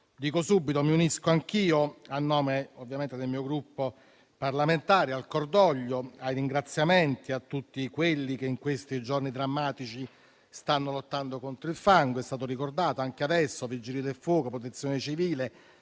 Ovviamente mi unisco anch'io, a nome del mio Gruppo parlamentare, al cordoglio e ai ringraziamenti verso tutti coloro che in questi giorni drammatici stanno lottando contro il fango. È stato ricordato anche adesso: Vigili del fuoco, Protezione civile,